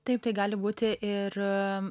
taip tai gali būti ir